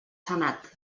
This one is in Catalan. senat